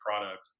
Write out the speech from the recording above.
product